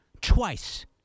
twice